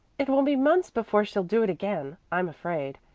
it will be months before she'll do it again, i'm afraid.